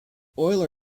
euler